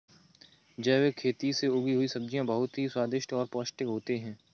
जैविक खेती से उगी हुई सब्जियां बहुत ही स्वादिष्ट और पौष्टिक होते हैं